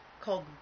called